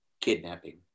kidnapping